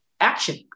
action